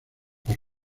por